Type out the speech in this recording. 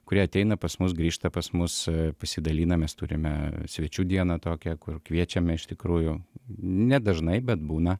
kurie ateina pas mus grįžta pas mus pasidalinam mes turime svečių dieną tokią kur kviečiame iš tikrųjų nedažnai bet būna